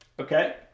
okay